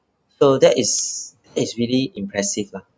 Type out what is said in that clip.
so that is that is really impressive lah